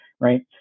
right